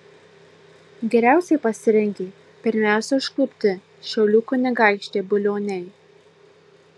geriausiai pasirengė pirmiausia užklupti šiaulių kunigaikščiai bulioniai